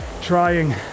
trying